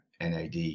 nad